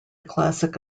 classic